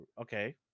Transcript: Okay